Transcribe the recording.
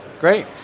Great